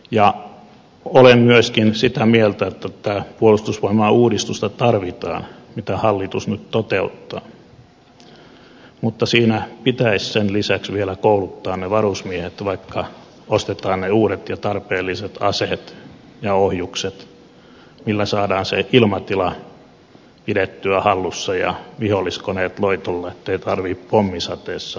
olen myöskin sitä mieltä että tätä puolustusvoimain uudistusta tarvitaan mitä hallitus nyt toteuttaa mutta siinä pitäisi sen lisäksi vielä kouluttaa ne varusmiehet vaikka ostetaan ne uudet ja tarpeelliset aseet ja ohjukset millä saadaan se ilmatila pidettyä hallussa ja viholliskoneet loitolla ettei tarvitse pommisateessa asua